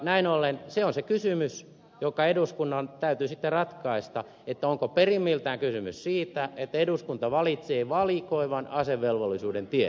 näin ollen se on se kysymys joka eduskunnan täytyy sitten ratkaista onko perimmiltään kysymys siitä että eduskunta valitsee valikoivan asevelvollisuuden tien